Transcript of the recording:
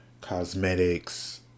cosmetics